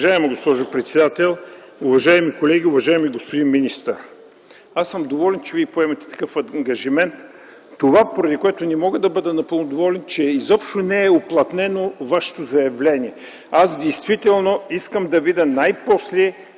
Уважаема госпожо председател, уважаеми колеги! Уважаеми господин министър, аз съм доволен, че Вие поемате такъв ангажимент. Това, поради което не мога да бъда напълно доволен, е, че не е уплътнено Вашето заявление. Аз най-после искам да видя България